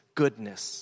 goodness